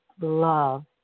love